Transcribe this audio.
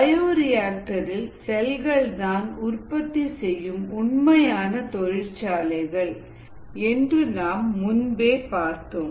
bioreactor ரில் செல்கள்தான் உற்பத்தி செய்யும் உண்மையான தொழிற்சாலைகள் என்று நாம் முன்பே பார்த்தோம்